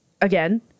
again